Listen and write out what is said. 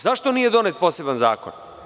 Zašto nije donet poseban zakon?